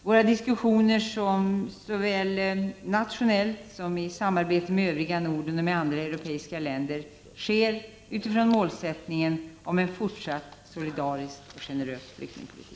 Våra diskussioner — såväl nationellt som i samarbetet med övriga Norden och med andra europeiska länder — sker utifrån målsättningen om en fortsatt solidarisk och generös flyktingpolitik.